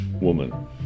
woman